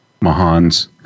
Mahan's